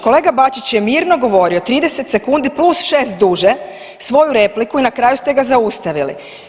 Kolega Bačić je mirno govorio 30 sekundi plus 6 duže svoju repliku i na kraju ste ga zaustavili.